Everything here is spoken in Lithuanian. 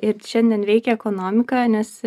ir šiandien veikia ekonomiką nes